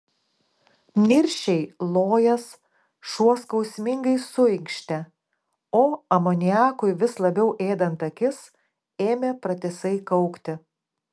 niršiai lojęs šuo skausmingai suinkštė o amoniakui vis labiau ėdant akis ėmė pratisai kaukti